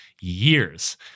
years